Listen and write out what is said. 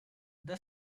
the